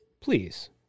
please